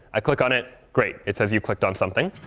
i click on it, great. it says, you clicked on something.